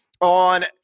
on